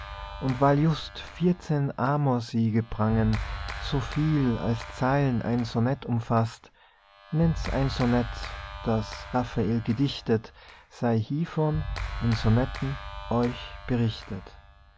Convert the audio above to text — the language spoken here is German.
und weil just vierzehn amorsiege prangen so viel als zeilen ein sonett umfaßt nennts ein sonett das raphael gedichtet sei hievon in sonetten euch berichtet